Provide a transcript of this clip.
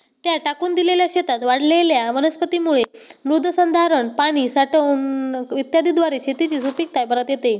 त्या टाकून दिलेल्या शेतात वाढलेल्या वनस्पतींमुळे मृदसंधारण, पाणी साठवण इत्यादीद्वारे शेताची सुपीकता परत येते